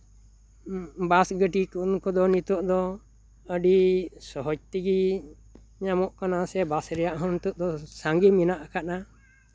ᱵᱟᱥ ᱜᱟᱹᱰᱤ ᱩᱱᱠᱩ ᱫᱚ ᱱᱤᱛᱚᱜ ᱫᱚ ᱟᱹᱰᱤ ᱥᱚᱦᱚᱡ ᱛᱮᱜᱮ ᱧᱟᱢᱚᱜ ᱠᱟᱱᱟ ᱥᱮ ᱵᱟᱥ ᱨᱮᱭᱟᱜ ᱦᱚᱸ ᱱᱤᱛᱚᱜ ᱫᱚ ᱥᱟᱜᱮ ᱢᱮᱱᱟᱜ ᱟᱠᱟᱫᱟ